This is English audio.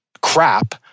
crap